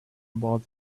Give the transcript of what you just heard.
about